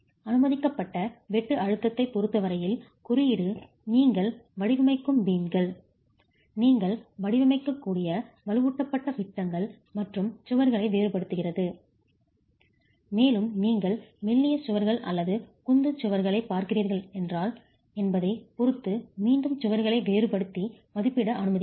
அனுமதிக்கப்பட்ட வெட்டு அழுத்தத்தைப் பொறுத்த வரையில் குறியீடு நீங்கள் வடிவமைக்கும் பீம்கள் நீங்கள் வடிவமைக்கக்கூடிய வலுவூட்டப்பட்ட விட்டங்கள் மற்றும் சுவர்களை வேறுபடுத்துகிறது மேலும் நீங்கள் மெல்லிய சுவர்கள் அல்லது குந்து சுவர்களைப் பார்க்கிறீர்களா என்பதைப் பொறுத்து மீண்டும் சுவர்களை வேறுபடுத்தி மதிப்பிட அனுமதிக்கிறது